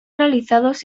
realizados